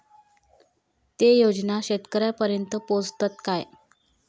ते योजना शेतकऱ्यानपर्यंत पोचतत काय?